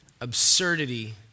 absurdity